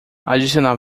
adicionar